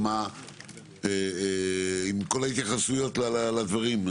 עם כול ההתייחסויות לדברים.